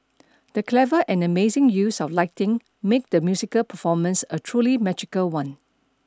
the clever and amazing use of lighting made the musical performance a truly magical one